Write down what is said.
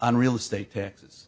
on real estate taxes